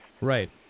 Right